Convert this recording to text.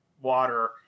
water